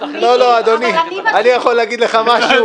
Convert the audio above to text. אני יכול להגיד לך משהו?